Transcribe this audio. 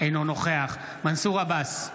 אינו נוכח מנסור עבאס,